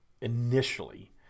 initially